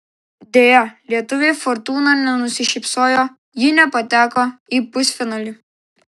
deja lietuvei fortūna nenusišypsojo ji nepateko į pusfinalį